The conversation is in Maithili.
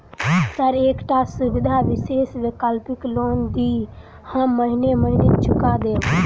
सर एकटा सुविधा विशेष वैकल्पिक लोन दिऽ हम महीने महीने चुका देब?